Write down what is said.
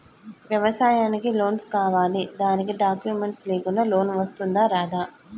వ్యవసాయానికి లోన్స్ కావాలి దానికి డాక్యుమెంట్స్ లేకుండా లోన్ వస్తుందా రాదా?